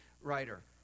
writer